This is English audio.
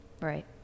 Right